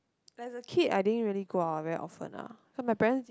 as a kid I didn't really go out very often ah because my parents